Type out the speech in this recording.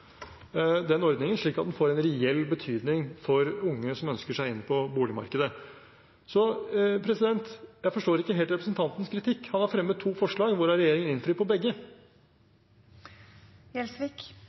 den ordningen, slik at den får en reell betydning for unge som ønsker seg inn på boligmarkedet. Jeg forstår ikke helt representantens kritikk. Han har fremmet to forslag, hvorav regjeringen innfrir på